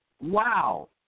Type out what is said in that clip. Wow